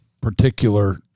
particular